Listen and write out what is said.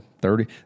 Thirty